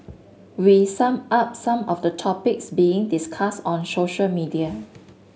we sum up some of the topics being discuss on social media